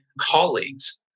colleagues